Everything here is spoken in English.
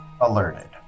alerted